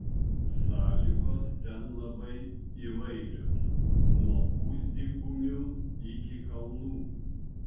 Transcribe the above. sąlygos ten labai įvairios nuo pusdykumių iki kalnų